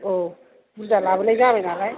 औ बुरजा लाबोनाय जाबाय नालाय